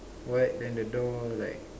white then the door like